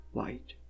light